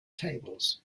tables